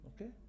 Okay